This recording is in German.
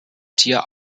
tier